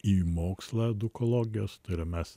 į mokslą edukologijos tai yra mes